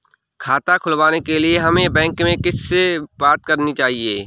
खाता खुलवाने के लिए हमें बैंक में किससे बात करनी चाहिए?